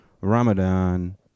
Ramadan